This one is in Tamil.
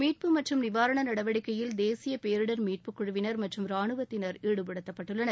மீட்பு மற்றும் நிவாரண நடவடிக்கையில் தேசிய பேரிடர் மீட்பு குழுவினர் மற்றும் ரானுவத்தினர் ஈடுபடுத்தப்பட்டுள்ளனர்